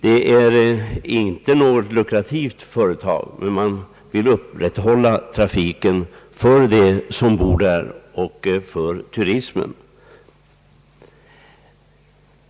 Det är inte något lukrativt företag, men man vill upprätthålla trafiken för dem som bor i skärgården och för turisterna.